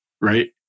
Right